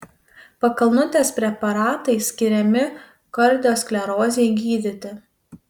pakalnutės preparatai skiriami kardiosklerozei gydyti